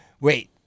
wait